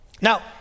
Now